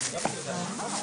בעיה.